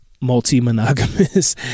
multi-monogamous